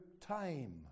time